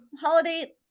holiday